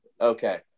Okay